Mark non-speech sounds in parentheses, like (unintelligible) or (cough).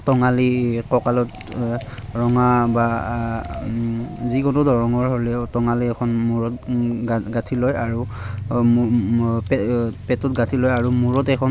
টঙালি কঁকালত ৰঙা বা যিকোনো ধৰণৰ হ'লেও টঙালি এখন মূৰত গাঁঠি লয় আৰু পে পেটত গাঁঠি লয় আৰু মূৰত এখন (unintelligible)